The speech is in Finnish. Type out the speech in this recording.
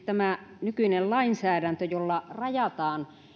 tämä nykyinen lainsäädäntö jolla rajataan